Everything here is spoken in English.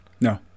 No